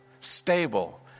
stable